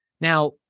Now